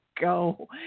go